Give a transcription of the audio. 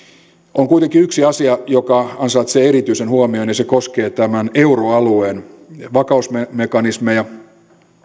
on kuitenkin yksi asia joka ansaitsee erityisen huomion ja se koskee euroalueen vakausmekanismeja